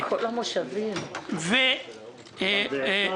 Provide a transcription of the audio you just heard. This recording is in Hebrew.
הוא לא אמר איך, אבל אמר שיש לו סימפתיה.